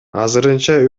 азырынча